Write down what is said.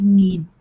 need